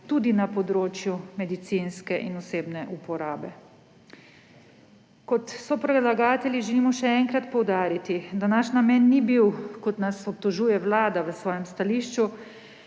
tudi na področju medicinske in osebne uporabe. Kot sopredlagatelji želimo še enkrat poudariti, da naš namen ni bil, kot nas obtožuje Vlada v svojem stališču,